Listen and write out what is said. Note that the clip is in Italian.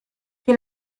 che